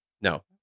No